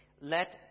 Let